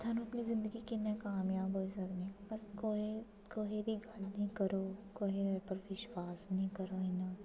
अस अपनी जिंदगी च कि'यां कामयाब होई सकने कुसै दी गल्ल निं करो कुसै दा विश्वास निं करो